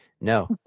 no